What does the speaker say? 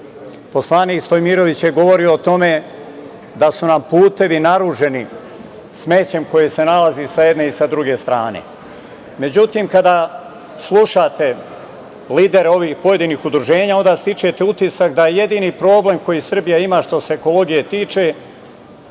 smećem. Poslanik Stojmirović je govorio o tome da su nam putevi naruženi smećem koje se nalazi sa jedne i sa druge strane. Međutim, kada slušate lidere ovih pojedinih udruženja, onda stičete utisak da je jedini problem koji Srbija ima što se ekologije tiče